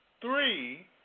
three